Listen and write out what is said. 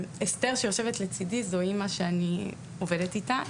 אסתר שיושבת כאן לצידי זו אמא שאני עובדת איתה,